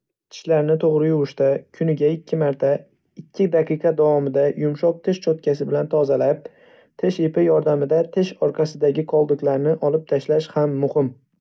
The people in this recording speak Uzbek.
Tishlarni to'g'ri yuvishda, kuniga ikki marta, ikki daqiqa davomida yumshoq tish cho'tkasi bilan tozalab, tish ipi yordamida tish orqasidagi qoldiqlarni olib tashlash ham muhim.